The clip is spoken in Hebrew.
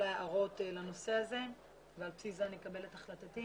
ההערות לנושא הזה ועל בסיס זה אני אקבל את החלטתי.